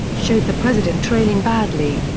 showed the president trailing badly.